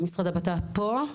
המשרד לביטחון לאומי פה?